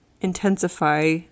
intensify